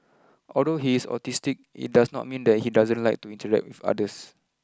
although he is autistic it does not mean that he doesn't like to interact with others